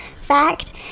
fact